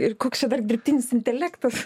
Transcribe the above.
ir koks čia dar dirbtinis intelektas